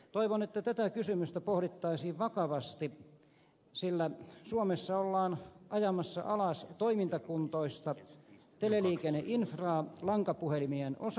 toivon että tätä kysymystä pohdittaisiin vakavasti sillä suomessa ollaan ajamassa alas toimintakuntoista teleliikenneinfraa lankapuhelimien osalta